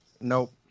Nope